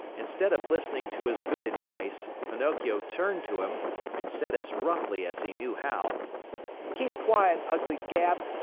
instead of listening to his good advice, pinocchio turned to him and said as roughly as he knew how keep quiet, ugly gab!